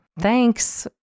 thanks